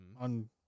on